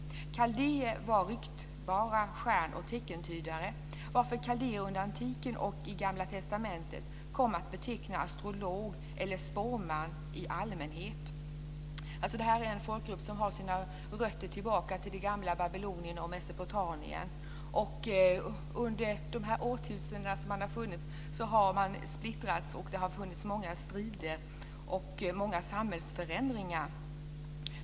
Kaldéerna var ryktbara stjärn och teckentydare, varför kaldée under antiken och i gamla testamentet kom att beteckna astrolog eller spåman i allmänhet." Detta är en folkgrupp som har sina rötter i det gamla Babylonien och Mesopotamien. Under de årtusenden som den har funnits har man splittras, och det har skett många strider och många samhällsförändringar.